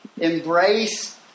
Embrace